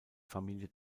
familie